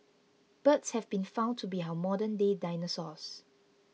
birds have been found to be our modernday dinosaurs